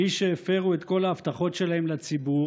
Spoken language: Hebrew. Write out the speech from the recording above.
מי שהפרו את כל ההבטחות שלהם לציבור